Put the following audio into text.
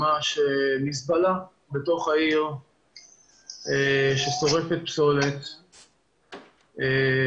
ממש מזבלה בתוך העיר ששורפת פסולת,